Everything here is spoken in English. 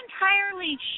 entirely